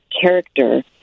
character